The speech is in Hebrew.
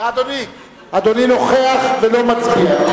אדוני נוכח ולא מצביע.